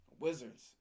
Wizards